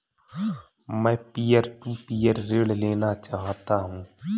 मैं peer to peer ऋण लेना चाहता हूँ